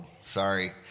Sorry